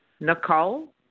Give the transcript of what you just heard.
Nicole